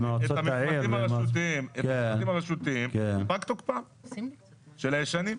את המפרטים הרשותיים, יפוג תוקפם של הישנים.